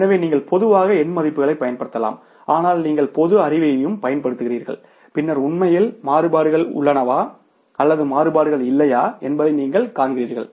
எனவே நீங்கள் பொதுவாக எண் மதிப்புகளைப் பயன்படுத்தலாம் ஆனால் நீங்கள் பொது அறிவையும் பயன்படுத்துகிறீர்கள் பின்னர் உண்மையில் மாறுபாடுகள் உள்ளனவா அல்லது மாறுபாடுகள் இல்லையா என்பதை நீங்கள் காண்கிறீர்கள்